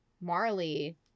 marley